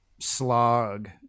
slog